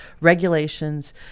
regulations